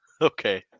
Okay